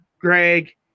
Greg